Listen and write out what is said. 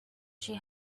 she